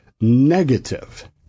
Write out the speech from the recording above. negative